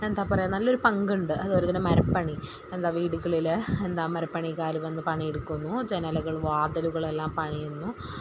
എന്താ പറയുക നല്ലൊരു പങ്കുണ്ട് അതുപോലെ തന്നെ മരപ്പണി എന്താ വീടുകളിൽ എന്താ മരപ്പണിക്കാർ വന്ന് പണിയെടുക്കുന്നു ജനലുകൾ വാതിലുകൾ എല്ലാം പണിയുന്നു